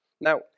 Now